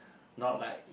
not like